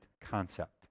concept